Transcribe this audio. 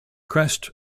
crest